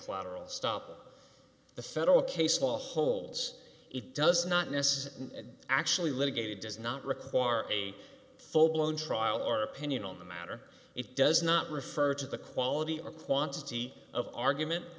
collateral stop the federal case law holds it does not miss actually litigated does not require a full blown trial or opinion on the matter it does not refer to the quality or quantity of argument